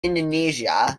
indonesia